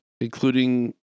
including